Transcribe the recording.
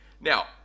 Now